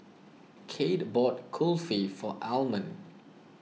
Cade bought Kulfi for Almon